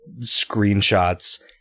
screenshots